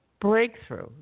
breakthrough